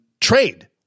trade